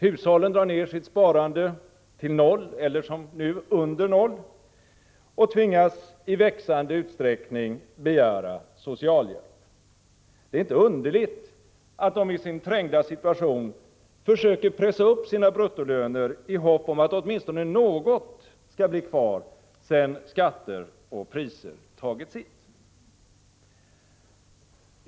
Hushållen drar ner sitt sparande till noll eller som nu under noll och tvingas i växande utsträckning begära socialhjälp. Det är inte underligt att de i sin trängda situation försöker pressa upp sina bruttolöner i hopp om att åtminstone något skall bli kvar sedan skatter och priser tagit sitt.